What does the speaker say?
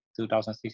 2016